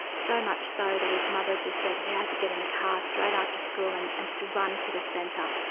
so much so that his mother just said he had to get in the car straight after school and and just run to the centre,